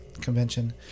convention